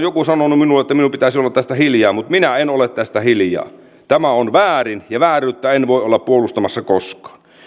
joku on sanonut minulle että minun pitäisi olla tästä hiljaa mutta minä en ole tästä hiljaa tämä on väärin ja vääryyttä en voi olla puolustamassa koskaan